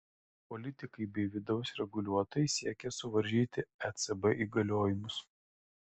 politikai bei vidaus reguliuotojai siekia suvaržyti ecb įgaliojimus